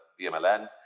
BMLN